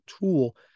tool